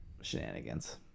shenanigans